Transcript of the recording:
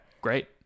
great